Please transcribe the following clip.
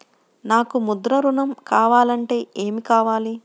నాకు ముద్ర ఋణం కావాలంటే ఏమి కావాలి?